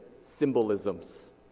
symbolisms